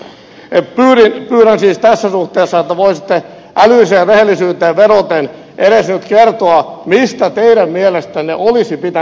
pyydän siis tässä suhteessa että voisitte älylliseen rehellisyyteen vedoten edes nyt kertoa mistä teidän mielestänne olisi pitänyt leikata